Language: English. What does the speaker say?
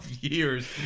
years